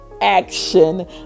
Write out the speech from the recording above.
action